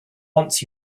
wants